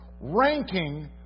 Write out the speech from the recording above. ranking